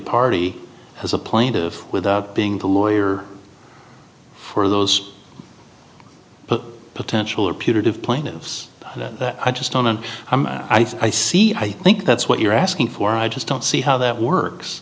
party has a plaintive without being the lawyer for those potential or punitive plaintiffs that i just don't and i see i think that's what you're asking for i just don't see how that works